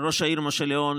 ראש העירייה משה ליאון,